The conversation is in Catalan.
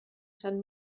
sant